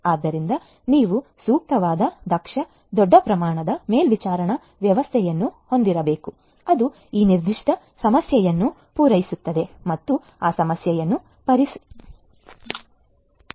ಆದ್ದರಿಂದ ನೀವು ಸೂಕ್ತವಾದ ದಕ್ಷ ದೊಡ್ಡ ಪ್ರಮಾಣದ ಮೇಲ್ವಿಚಾರಣಾ ವ್ಯವಸ್ಥೆಯನ್ನು ಹೊಂದಿರಬೇಕು ಅದು ಈ ನಿರ್ದಿಷ್ಟ ಸಮಸ್ಯೆಯನ್ನು ಪೂರೈಸುತ್ತದೆ ಮತ್ತು ಆ ಸಮಸ್ಯೆಯನ್ನು ಪರಿಹರಿಸುತ್ತದೆ